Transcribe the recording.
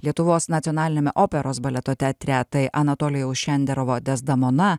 lietuvos nacionaliniame operos baleto teatre tai anatolijaus šenderovo dezdemona